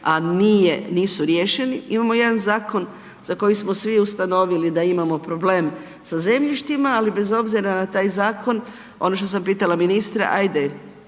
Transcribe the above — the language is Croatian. a nisu riješeni. Imamo jedan zakon za koji smo svi ustanovili da imamo problem sa zemljištima, ali bez obzira na taj zakon, ono što sam pitala ministra, ajde